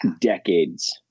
decades